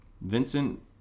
Vincent